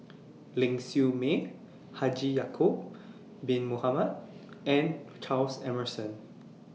Ling Siew May Haji Ya'Acob Bin Mohamed and Charles Emmerson